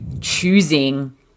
choosing